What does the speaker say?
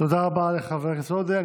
תודה רבה לחבר הכנסת עודה.